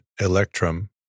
electrum